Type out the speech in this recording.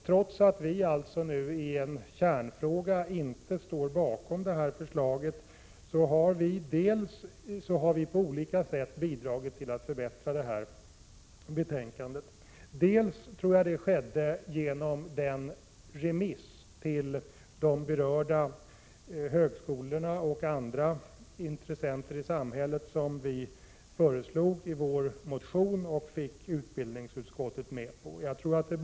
Trots att vi alltså i en av huvuddelarna inte står bakom förslaget, har vi på olika sätt bidragit till att förbättra betänkandet. Jag tror att det delvis skedde genom den remiss till högskolorna och andra berörda intressenter som vi föreslog i vår motion, och som utbildningsutskottet fattade beslut om.